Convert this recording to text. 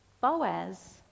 Boaz